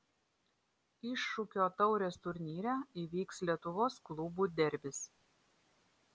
iššūkio taurės turnyre įvyks lietuvos klubų derbis